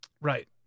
Right